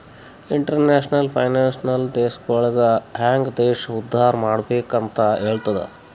international finance ದೇಶಗೊಳಿಗ ಹ್ಯಾಂಗ್ ದೇಶ ಉದ್ದಾರ್ ಮಾಡ್ಬೆಕ್ ಅಂತ್ ಹೆಲ್ತುದ